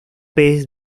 pez